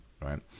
right